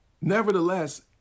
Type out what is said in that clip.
nevertheless